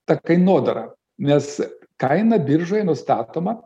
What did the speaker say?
ta kainodara nes kaina biržoj nustatoma